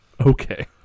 Okay